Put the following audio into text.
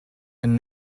and